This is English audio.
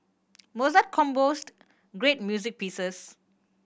Mozart composed great music pieces